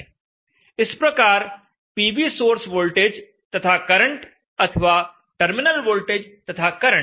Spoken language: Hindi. इस प्रकार पीवी सोर्स वोल्टेज तथा करंट अथवा टर्मिनल वोल्टेज तथा करंट